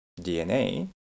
DNA